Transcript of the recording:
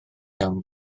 iawn